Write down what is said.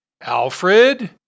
Alfred